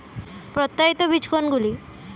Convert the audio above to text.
প্রত্যায়িত বীজ কোনগুলি?